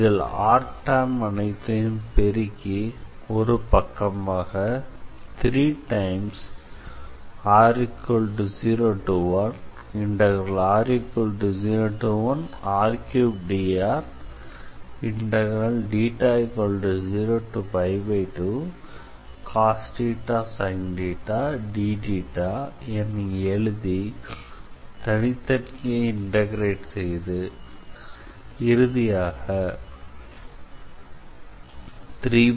இதில் r term அனைத்தையும் பெருக்கி ஒரு பக்கமாக 3r01r3dr02cosθsinθdθஎன எழுதி தனித்தனியே இன்டெக்ரேட் செய்து இறுதியாக 34